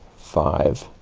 five